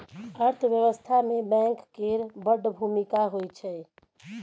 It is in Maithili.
अर्थव्यवस्था मे बैंक केर बड़ भुमिका होइ छै